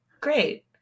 great